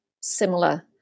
similar